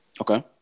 Okay